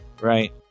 Right